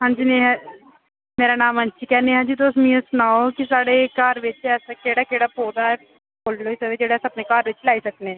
हांजी मेरा मेरा नांऽ वंशिका ऐ नेहा जी तुस मी एह् सनाओ कि साढ़े घर बिच ऐसा केह्ड़ा केह्ड़ा पौधा ऐ फुल्ल होई सकदे जे्हड़े अस अपने घर बिच लाई सकने